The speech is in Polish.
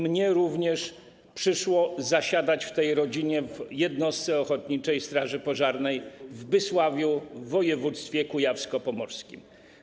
Mnie również przyszło zasiadać w tej rodzinie, w jednostce Ochotniczej Straży Pożarnej w Bysławiu, w województwie kujawsko-pomorskim.